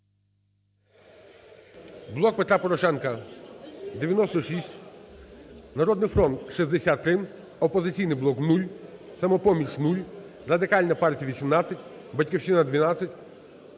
"Блок Петра Порошенка" – 96, "Народний фронт" – 63, "Опозиційний блок" – 0, "Самопоміч" – 0, Радикальна партія – 18, "Батьківщина" – 12,